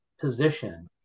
position